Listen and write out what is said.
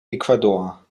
ecuador